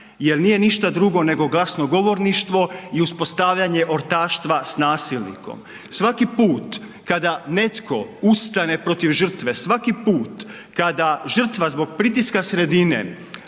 jer nije ništa drugo nego glasno govorništvo i uspostavljanje ortaštva s nasilnikom. Svaki put kada netko ustane protiv žrtve, svaki put kada žrtva zbog pritiska sredine